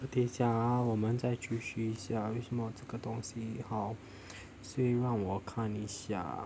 等一下啊我们再继续一下为什么这个东西好所以让我看一下